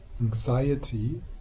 anxiety